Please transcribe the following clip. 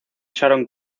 sharon